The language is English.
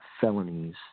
felonies